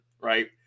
right